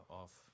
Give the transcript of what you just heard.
off